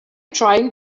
trying